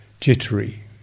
jittery